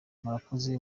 murakoze